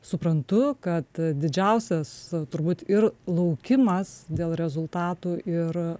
suprantu kad didžiausias turbūt ir laukimas dėl rezultatų ir